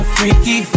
Freaky